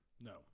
No